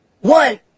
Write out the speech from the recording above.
one